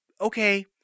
Okay